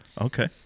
Okay